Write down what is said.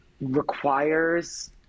requires